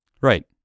Right